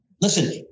Listen